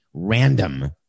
random